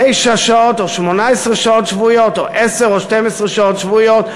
תשע שעות או 18 שעות שבועיות או עשר או 12 שעות שבועיות,